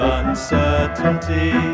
uncertainty